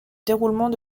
déroulement